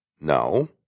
No